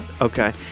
okay